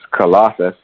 Colossus